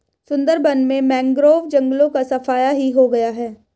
सुंदरबन में मैंग्रोव जंगलों का सफाया ही हो गया है